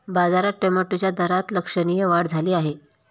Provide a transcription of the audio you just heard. बाजारात टोमॅटोच्या दरात लक्षणीय वाढ झाली आहे